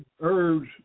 herbs